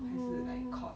还是 like court